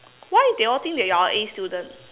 why they all think that you are an A student